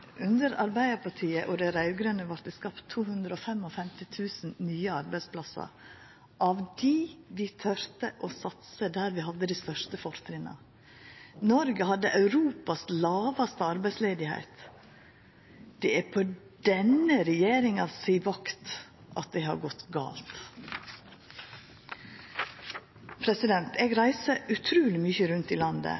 Under Arbeidarpartiet og dei raud-grøne vart det skapt 255 000 nye arbeidsplassar, av di vi torde å satsa der vi hadde dei største fortrinna. Noreg hadde den lågaste arbeidsløysa i Europa. Det er på denne regjeringa si vakt at det har gått gale. Eg